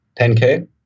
10K